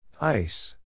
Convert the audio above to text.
Ice